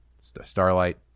starlight